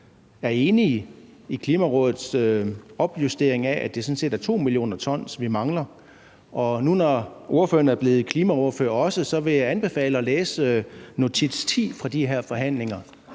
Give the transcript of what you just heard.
er enig i Klimarådets opjustering af, at det sådan set er 2 mio. t, vi mangler, og når nu ordføreren også er blevet klimaordfører, vil jeg anbefale ham at læse notits 10 i de her forhandlinger,